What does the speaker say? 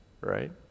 right